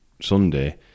Sunday